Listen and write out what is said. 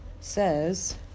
says